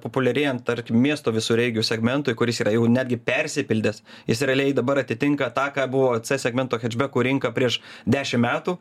populiarėjant tarkim miesto visureigių segmentui kuris yra jau netgi persipildęs jis realiai dabar atitinka tą ką buvo c segmento chečbekų rinka prieš dešim metų